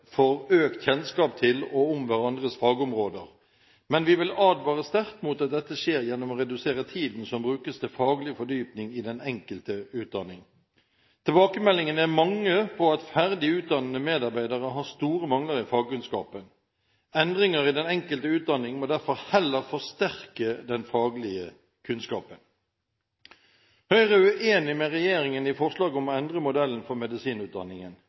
økt kjennskap til og om hverandres fagområder, men vi vil advare sterkt mot at dette skjer gjennom å redusere tiden som brukes til faglig fordypning i den enkelte utdanning. Tilbakemeldingene er mange på at ferdig utdannede medarbeidere har store mangler i fagkunnskapen. Endringer i den enkelte utdanning må derfor heller forsterke den faglige kunnskapen. Høyre er uenig med regjeringen i forslaget om å endre modellen for medisinutdanningen.